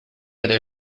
other